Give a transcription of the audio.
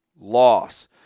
Loss